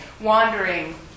wandering